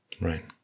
Right